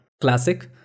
Classic